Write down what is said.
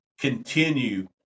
continue